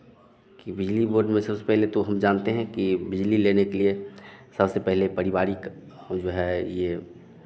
कि बिजली बोर्ड में सबसे पहले तो हम जानते हैं कि बिजली लेने के लिए सबसे पहले पारिवारिक जो है ये